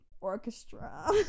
Orchestra